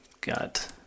got